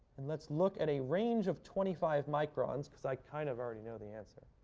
and let's look at a range of twenty five microns, because i kind of already know the answer.